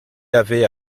avait